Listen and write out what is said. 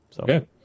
Okay